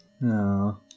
No